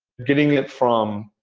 getting it from